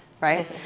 right